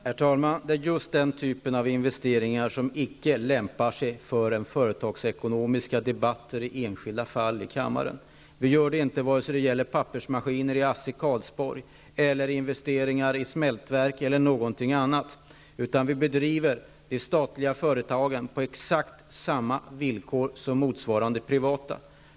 Herr talman! Det är just den typen av investeringar som icke lämpar sig för företagsekonomiska debatter i enskilda frågor i kammaren. De lämpar sig icke för detta vare sig det gäller pappersmaskiner, investeringar i smältverk eller annat. Vi driver de statliga företagen på exakt samma villkor som gäller för de privata företagen.